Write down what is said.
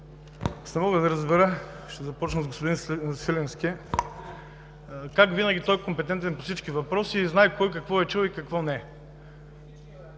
не мога да разбера, ще започна от господин Свиленски, как винаги той е компетентен по всички въпроси и знае кой какво е чул и какво не.